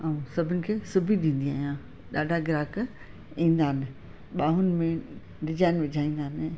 ऐं सभिनि खे सिबी ॾींदी आहियां ॾाढा ग्राहक ईंदा आहिनि बाहुनि में डिजाइन विझाईंदा आहिनि